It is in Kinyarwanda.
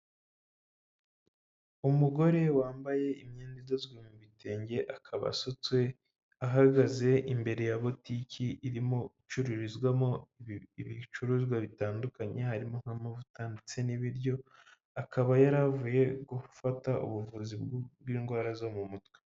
Umugore wambaye imyenda idozwe mu bitenge akaba asutswe, ahagaze imbere ya botiki irimo gucururizwamo ibicuruzwa bitandukanye harimo nk'amavuta ndetse n'ibiryo, akaba yari avuye gufata ubuvuzi bw'indwara zo mu mutwe.